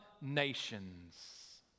nations